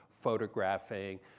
photographing